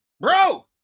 Bro